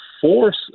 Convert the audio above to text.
force